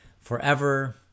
forever